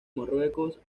marruecos